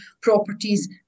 properties